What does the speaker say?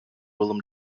willem